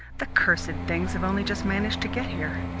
the cursed things have only just managed to get here.